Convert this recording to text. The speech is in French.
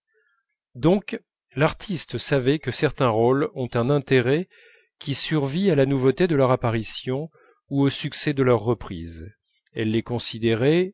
donc l'artiste savait que certains rôles ont un intérêt qui survit à la nouveauté de leur apparition ou au succès de leur reprise elle les considérait